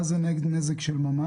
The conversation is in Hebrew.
מה זה נזק של ממש?